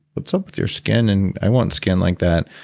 what's up with your skin? and i want skin like that.